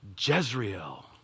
Jezreel